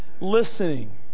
Listening